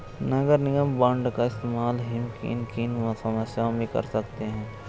नगर निगम बॉन्ड का इस्तेमाल हम किन किन समस्याओं में कर सकते हैं?